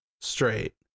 straight